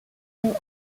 neal